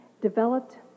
developed